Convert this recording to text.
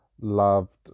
Loved